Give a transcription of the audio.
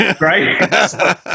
right